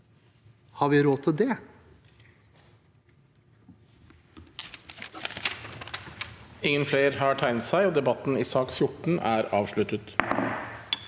Har vi råd til det?